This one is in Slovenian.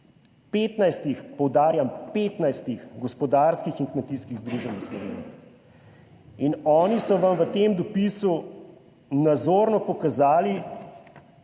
15-ih, poudarjam, 15-ih gospodarskih in kmetijskih združenj v Sloveniji in oni so vam v tem dopisu nazorno pokazali,